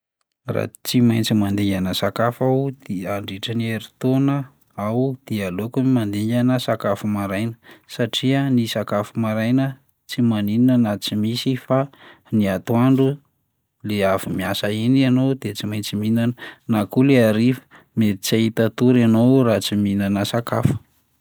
Raha tsy maintsy mandingana sakafo aho dia- handritry ny herintaona aho dia aleoko ny mandingana sakafo maraina satria ny sakafo maraina tsy maninona na tsy misy fa ny atoandro le avy miasa iny ianao de tsy maintsy mihinana na koa lay hariva, mety tsy hahita tory ianao raha tsy mihinana sakafo.